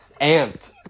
amped